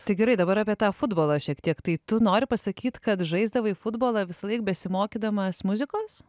tai gerai dabar apie tą futbolą šiek tiek tai tu nori pasakyt kad žaisdavai futbolą visąlaik besimokydamas muzikos